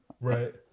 Right